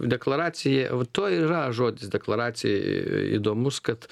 deklaracija tuo ir yra žodis deklaracija įdomus kad